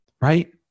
Right